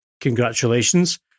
congratulations